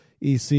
EC